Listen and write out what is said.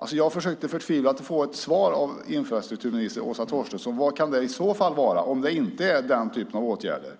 Det skulle vara intressant att höra. Jag försökte förtvivlat att få ett svar av infrastrukturminister Åsa Torstensson på vad det i så fall kan vara om det inte är den typen av åtgärder.